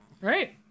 Right